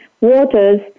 waters